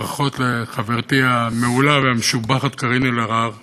ברכות לחברתי המעולה והמשובחת קארין אלהרר